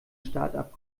startup